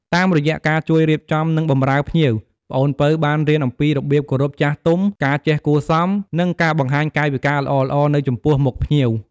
តាមរយៈការជួយរៀបចំ និងបម្រើភ្ញៀវ ប្អូនពៅបានរៀនអំពីរបៀបគោរពចាស់ទុំ ការចេះគួរសម និងការបង្ហាញកាយវិការល្អៗនៅចំពោះមុខភ្ញៀវ។